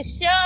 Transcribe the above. show